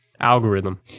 algorithm